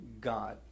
god